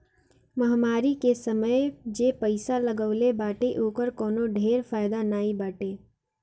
महामारी के समय जे पईसा लगवले बाटे ओकर कवनो ढेर फायदा नाइ बाटे